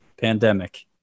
pandemic